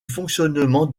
fonctionnement